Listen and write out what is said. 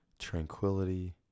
Tranquility